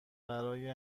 برای